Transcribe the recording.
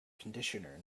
conditioner